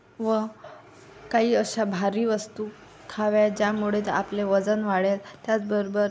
व काही अशा भारी वस्तू खाव्या ज्यामुळे आपले वजन वाढेल त्याचबरोबर